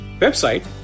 website